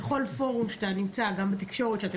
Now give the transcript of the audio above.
בכל פורום שאתה נמצא גם בתקשורת כשאתם